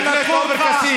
הם לקחו אותך.